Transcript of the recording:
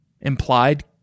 implied